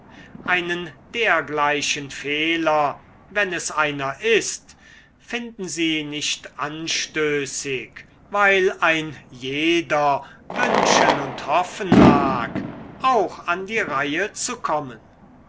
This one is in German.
einen dergleichen fehler wenn es einer ist finden sie nicht anstößig weil ein jeder wünschen und hoffen mag auch an die reihe zu kommen